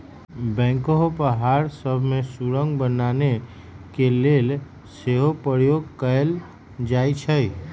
backhoe पहाड़ सभ में सुरंग बनाने के लेल सेहो प्रयोग कएल जाइ छइ